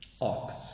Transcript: ox